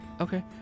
Okay